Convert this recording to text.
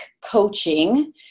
coaching